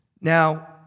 Now